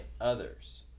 others